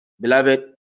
Beloved